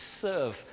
serve